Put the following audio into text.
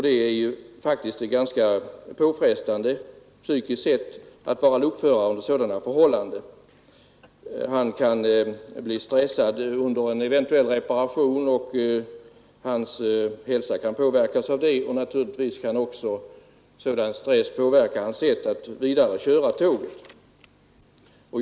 Det är faktiskt ganska påfrestande psykiskt sett att vara lokförare under sådana förhållanden. Lokföraren kan bli stressad under en eventuell reparation, och hans hälsa kan påverkas av det. Naturligtvis kan också sådan stress påverka hans sätt att vidare köra tåget och därmed uppstår trafiksäkerhetsrisk.